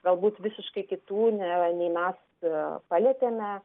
galbūt visiškai kitų ne nei mes palietėme